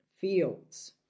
fields